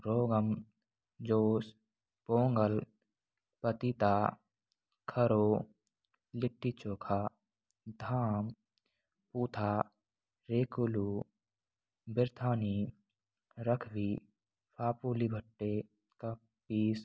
रोगन जोश पोंगल पतिता खरो लिट्टी चोखा धाम ऊथा रेकुलु बिरथानी रखवी आपुली भट्टे का पीस